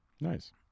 Nice